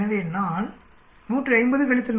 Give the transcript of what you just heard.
எனவே நான் 150 147